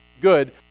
good